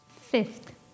fifth